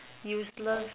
useless